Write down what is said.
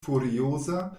furioza